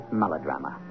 melodrama